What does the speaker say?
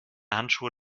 handschuhe